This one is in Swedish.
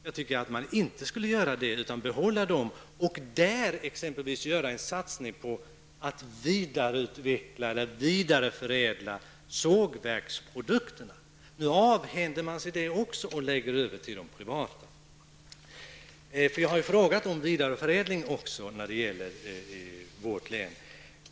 Jag tycker inte att man skall göra det, utan jag tycker att man i stället skall behålla dem och göra exempelvis en satsning på att vidareutveckla eller vidareförädla sågverksprodukterna. Nu avhänder man sig även detta och lägger över det på de privata företagen. Jag har även frågat om vidareförädling när det gäller vårt län.